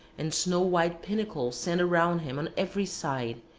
and snow-white pinnacles stand around him on every side,